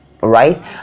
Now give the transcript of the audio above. Right